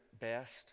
best